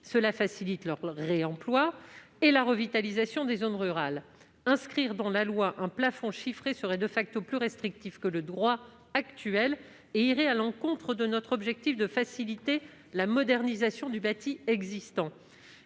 Cela facilite le réemploi de ces derniers et la revitalisation des zones rurales. Inscrire dans la loi un plafond chiffré serait plus restrictif que le droit actuel et irait à l'encontre de notre objectif, qui est de faciliter la modernisation du bâti existant.